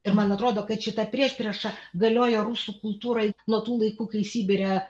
ir man atrodo kad šita priešprieša galioja rusų kultūroj nuo tų laikų kai sibire